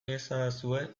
iezadazue